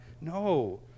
No